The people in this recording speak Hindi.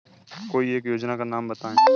कोई एक योजना का नाम बताएँ?